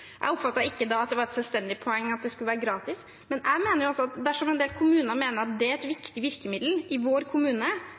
Jeg oppfattet ikke da at det var et selvstendig poeng at det skulle være gratis, men jeg mener at dersom en del kommuner mener det er et